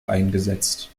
eingesetzt